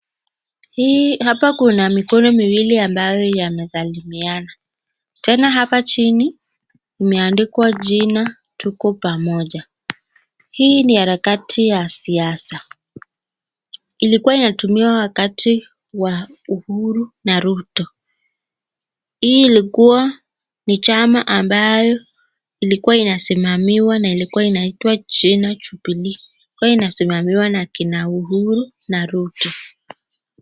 Hapa kuna mikoni miwili ambayo yanasalimiana. Tena hapa chini imeandikwa jina Tuko Pamoja. Hii ni harakati ya siasa. Ilikuwa inatumiwa wakati wa Uhuru na Ruto. Hii ilikuwa ni chama ambayo ilikuwa inasimamiwa na ilikuwa inaitwa jina Jubilee. Ilikuwa inasimamiwa na kina Uhuru na Ruto.